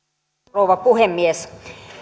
rouva puhemies